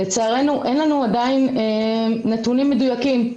לצערנו אין לנו עדיין נתונים מדויקים,